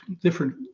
different